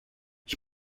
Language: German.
ich